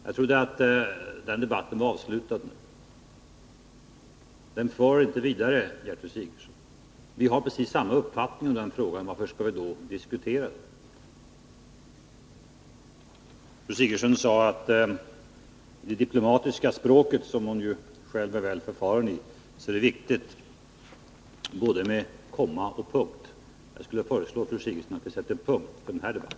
Jag trodde att den debatten var avslutad nu. Den för oss inte vidare. Vi har precis samma uppfattning om den frågan. Varför skall vi då diskutera den? Gertrud Sigurdsen sade att i det diplomatiska språket, som hon själv är väl förfaren i, är det viktigt med både komma och punkt. Jag skulle vilja föreslå fru Sigurdsen att vi sätter punkt för den här debatten.